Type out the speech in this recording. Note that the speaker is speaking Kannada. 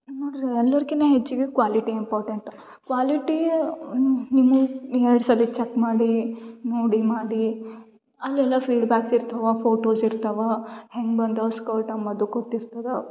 ನೋಡ್ರಿ ಎಲ್ಲರ್ಕಿನ್ನ ಹೆಚ್ಚಿಗೆ ಕ್ವಾಲಿಟಿ ಇಂಪಾರ್ಟೆಂಟ್ ಅ ಕ್ವಾಲಿಟೀ ಎರಡು ಸಲ ಚೆಕ್ ಮಾಡಿ ನೋಡಿ ಮಾಡಿ ಅಲ್ಲಿ ಎಲ್ಲ ಫೀಡ್ಬ್ಯಾಕ್ಸ್ ಇರ್ತಾವೆ ಫೋಟೋಸ್ ಇರ್ತಾವೆ ಹೆಂಗೆ ಬಂದವೆ ಸ್ಕರ್ಟ್ ಅಂಬೋದ್ ಗೊತ್ತಿರ್ತದೆ